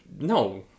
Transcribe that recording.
no